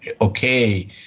okay